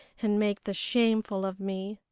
and make the shameful of me.